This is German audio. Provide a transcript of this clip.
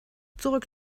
zurück